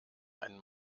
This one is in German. einen